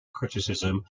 criticism